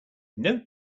note